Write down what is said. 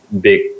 big